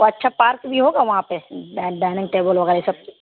تو اچھا پارک بھی ہوگا وہاں پہ ڈائنگ ٹیبل وغیرہ سب